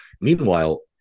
Meanwhile